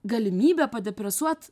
galimybę depresuot